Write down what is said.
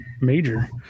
major